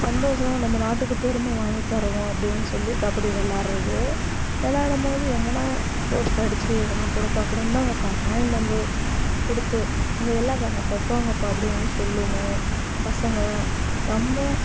சந்தோஷம் நம்ம நாட்டுக்கு பெருமை வாங்கித்தருவோம் அப்படின்னு சொல்லி கபடி விளாட்றது விளாடம் போது எங்கன்னா போஸ்ட்டு அடிச்சு எதுனா கொடுத்தா கூட இந்தங்கப்பா வாங்கிட்டு வந்து கொடுத்து இங்கே விளாட்றாங்கப்பா போங்கப்பா அப்படின்னு சொல்லுவோம் பசங்கள் ரொம்பவும்